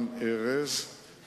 הנושא